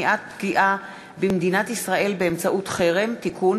הצעת חוק למניעת פגיעה במדינת ישראל באמצעות חרם (תיקון,